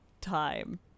time